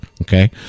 okay